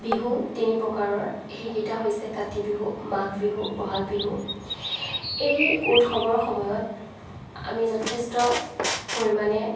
বিহু তিনি প্ৰকাৰৰ সেইকেইটা হৈছে কাতি বিহু মাঘ বিহু বহাগ বিহু এই উৎসৱৰ সময়ত আমি যথেষ্ট পৰিমাণে